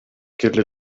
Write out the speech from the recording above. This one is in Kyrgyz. келе